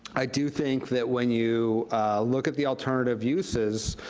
i do think that when you look at the alternative uses,